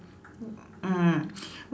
mm